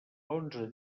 onze